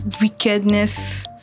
wickedness